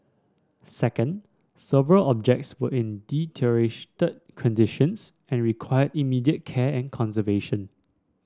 second several objects were in deteriorated conditions and required immediate care and conservation